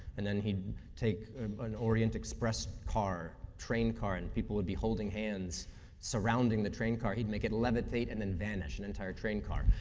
and then he'd take an an orient express car, train car, and people will be holding hands surrounding the train car. he'd make it levitate and then vanish, the and entire train car,